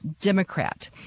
Democrat